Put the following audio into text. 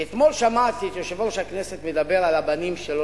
כי אתמול שמעתי את יושב-ראש הכנסת מדבר על הבנים שלו,